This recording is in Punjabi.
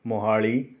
ਮੋਹਾਲੀ